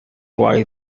why